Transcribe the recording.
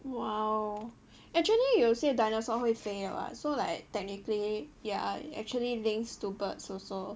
!wow! actually 有些 dinosaur 会飞了 what so like technically ya it actually links to birds also